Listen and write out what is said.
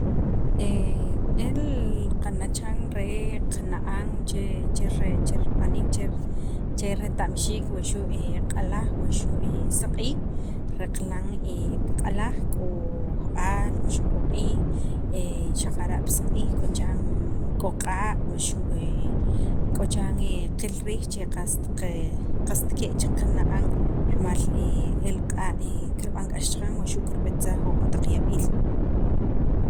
el qana' chiran re qana'an che cher b'aniik, cher reta'mxiik waxu' q'alaj wuxu' saq'iij re qilan pi q'alaj k'o jab'al, wuxu' k'o q'iij xaqara' pi saq'iij k'o chiran k'o q'a' waxu' qil riij che qast ke' chek qana'n el q'a' kirb'an k'ax chaqan wuxu' kirptsaj jujon taq yab'iil.